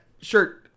shirt